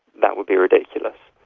that would be ridiculous.